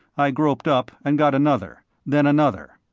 i groped up and got another, then another.